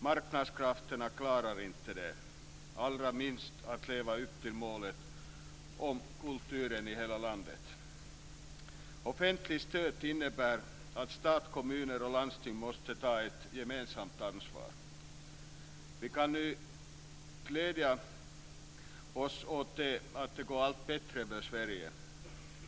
Marknadskrafterna klarar inte det. Allra minst att leva upp till målet om Kultur i hela landet. Offentligt stöd innebär att stat, kommuner och landsting måste ta ett gemensamt ansvar. Vi kan nu glädja oss åt att det går allt bättre för Sverige.